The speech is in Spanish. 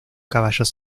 caballos